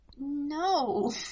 No